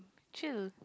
chill